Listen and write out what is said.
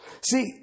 See